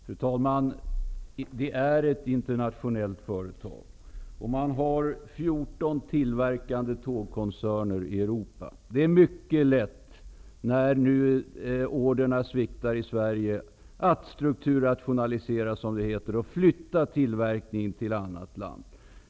Fru talman! ABB är ett internationellt företag, som har 14 tillverkande tågkoncerner i Europa. När nu orderingången sviktar i Sverige är det mycket lätt att strukturrationalisera, som det heter, och flytta tillverkningen till annat land.